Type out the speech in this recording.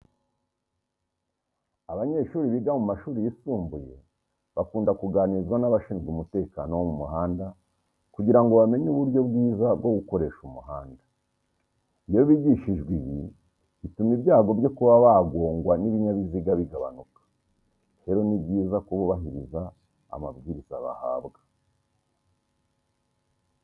Aabanyeshuri biga mu mashuri yisumbuye bakunda kuganirizwa n'abashinzwe umutekano wo mu muhanda kugira ngo bamenye uburyo bwiza bwo gukoresha umuhanda. Iyo bigishijwe ibi, bituma ibyago byo kuba bagongwa n'ibinyabiziga bigabanuka. Rero ni byiza ko bubahiriza amabwiriza bahabwa.